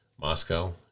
Moscow